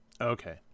Okay